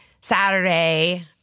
Saturday